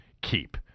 keep